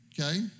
Okay